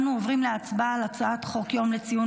אנו עוברים להצבעה על הצעת חוק יום לציון